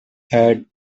had